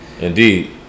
Indeed